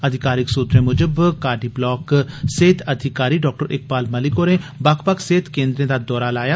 अधिकारिक सूत्रें मुजब कंडी ब्लाक दे सेहत अधिकारी डॉ इकबाल मलिक होरें बक्ख बक्ख सेहत केन्द्रें दा दौरा लाया